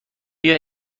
بیا